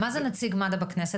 מה זה נציג מד"א בכנסת?